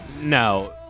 No